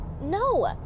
No